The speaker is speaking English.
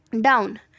down